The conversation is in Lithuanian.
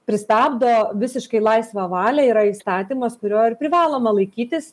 pristabdo visiškai laisva valia yra įstatymas kurio ir privaloma laikytis